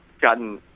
gotten